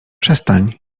przestań